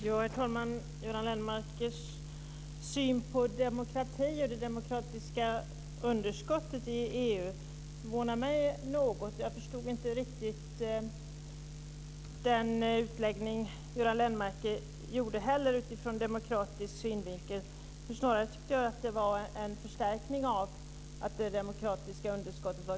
Herr talman! Göran Lennmarkers syn på demokrati och det demokratiska underskottet i EU förvånar mig något. Jag förstod inte riktigt Göran Lennmarkers utläggning utifrån demokratisk synvinkel. Jag tycker snarare att det var fråga om en förstärkning av ett ganska stort demokratiskt underskott.